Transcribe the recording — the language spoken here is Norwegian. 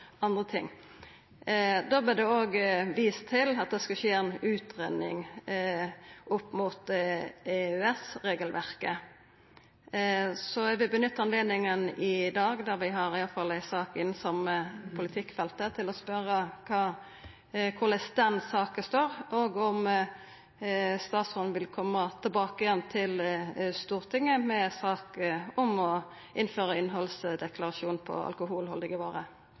andre ting. Da vart det òg vist til at det skulle skje ei utgreiing opp mot EØS-regelverket. Så eg vil nytta anledninga i dag – da vi iallfall har ei sak innan det same politikkfeltet – til å spørja om korleis den saka står, og om statsråden vil koma attende til Stortinget med ei sak om å innføra innhaldsdeklarasjon på alkoholhaldige varer.